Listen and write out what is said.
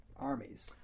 armies